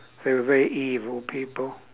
they were very evil people